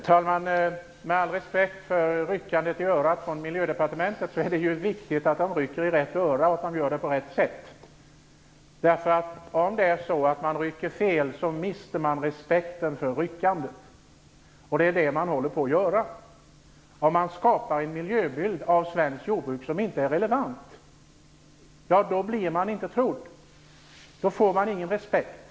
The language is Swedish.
Herr talman! Med all respekt för ryckandet i örat från Miljödepartementet är det viktigt att de rycker i rätt öra och att de gör det på rätt sätt. Om de rycker fel mister man respekten för ryckandet. Och det håller man på att göra. Om man skapar en miljöbild av svenskt jordbruk som inte är relevant, då blir man inte trodd. Då får man ingen respekt.